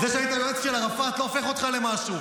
זה שהיית יועץ של ערפאת לא הופך אותך למשהו.